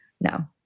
No